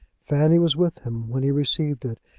fanny was with him when he received it,